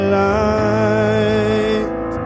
light